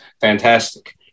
fantastic